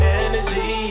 energy